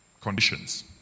conditions